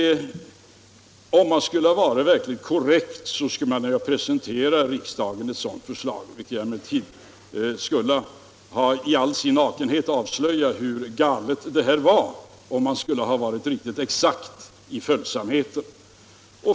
Om man skall vara verkligt korrekt och exakt i följsamheten skall man presentera riksdagen ett sådant förslag, som i all sin nakenhet avslöjar hur galet riksdagsbeslutet är.